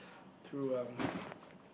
through um